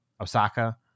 Osaka